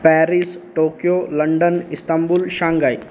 Paris Tokyo London Istanbul Shanghai